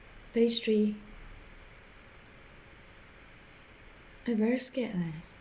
phase three I very scared leh